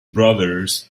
brothers